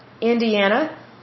Indiana